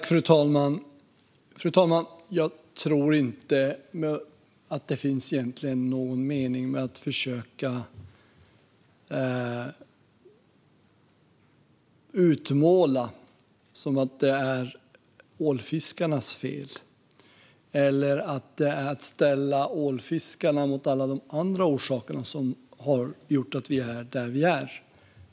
Fru talman! Jag tror inte att det är någon mening att försöka få det att framstå som att det skulle vara ålfiskarnas fel eller att ställa ålfiskarna mot alla de andra orsakerna till att vi är där vi är.